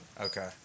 Okay